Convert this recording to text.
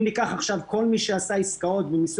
אם ניקח עכשיו את כל מי שעשה עסקאות במיסוי